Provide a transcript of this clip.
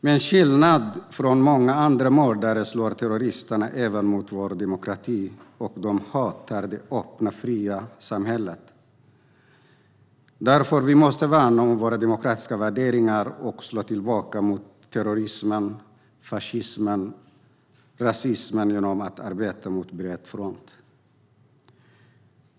Men till skillnad från många andra mördare slår terroristerna även mot vår demokrati, och de hatar det öppna och fria samhället. Därför måste vi värna om våra demokratiska värderingar och slå tillbaka mot terrorismen, fascismen och rasismen genom att arbeta på bred front.